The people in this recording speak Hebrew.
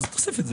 אז תוסיף את זה.